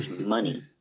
money